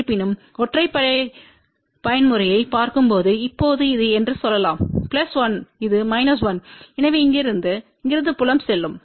இருப்பினும் ஒற்றைப்படை பயன்முறையைப் பார்க்கும்போது இப்போது இது என்று சொல்லலாம் பிளஸ் 1 இது மைனஸ் 1 எனவே இங்கிருந்து இங்கிருந்து புலம் செல்லும்